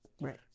Right